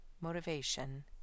motivation